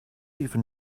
even